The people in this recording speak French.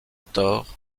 tort